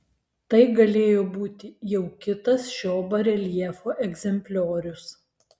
tai galėjo būti jau kitas šio bareljefo egzempliorius